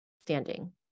standing